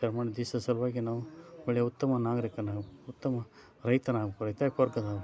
ವಿಚಾರ ಮಾಡಿ ದೇಶದ ಸಲುವಾಗಿ ನಾವು ಒಳ್ಳೆಯ ಉತ್ತಮ ನಾಗರೀಕನಾಗಬೇಕು ಉತ್ತಮ ರೈತನಾಗಬೇಕು ರೈತಾಪಿ ವರ್ಗದ